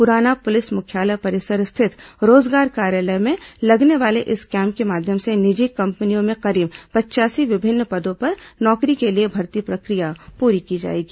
पुराना पुलिस मुख्यालय परिसर स्थित रोजगार कार्यालय में लगने वाले इस कैम्प के माध्यम से निजी कंपनियों में करीब पच्यासी विभिन्न पदों पर नौकरी के लिए भर्ती प्रक्रिया पूरी की जाएगी